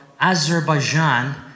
Azerbaijan